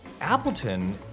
Appleton